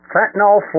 Fentanyl